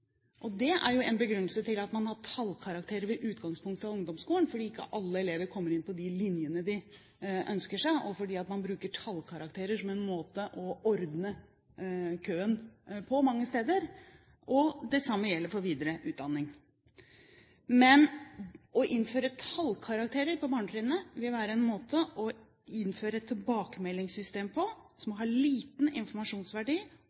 Og det er en begrunnelse for at man har tallkarakterer ved utgangen av ungdomsskolen: Ikke alle elevene kommer inn på de linjene de ønsker seg, og tallkarakterer er en måte ordne køen på mange steder. Det samme gjelder for videre utdanning. Men å innføre tallkarakterer på barnetrinnet vil være en måte å innføre et tilbakemeldingssystem på som